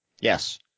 Yes